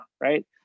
right